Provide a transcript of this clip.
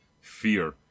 fear